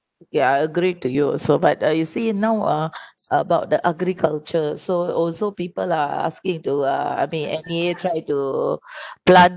ya I agreed to you also but uh you see now ah about the agriculture so also people are asking to uh I mean N_E_A tried to plant